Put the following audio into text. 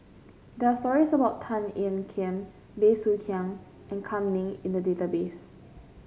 there are stories about Tan Ean Kiam Bey Soo Khiang and Kam Ning in the database